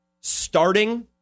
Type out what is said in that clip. starting